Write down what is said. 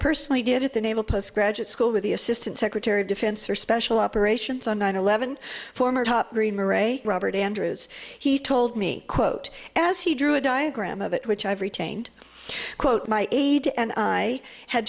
personally did at the naval postgraduate school with the assistant secretary of defense or special operations on nine eleven former top green moray robert andrews he told me quote as he drew a diagram of it which i've retained quote my aide and i had